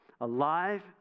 Alive